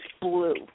blue